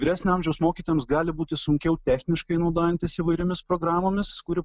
vyresnio amžiaus mokytojams gali būti sunkiau techniškai naudojantis įvairiomis programomis kurių